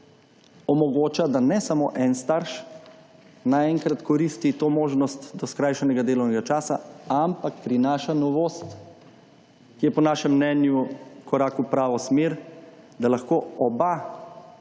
omogoča, da ne samo en starš na enkrat koristi to možnost do skrajšanega delovnega časa, ampak prinaša novost, ki je po našem mnenju korak v pravo smer, da lahko oba